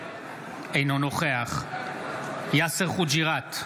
אינו נוכח יאסר חוג'יראת,